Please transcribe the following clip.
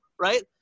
right